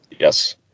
Yes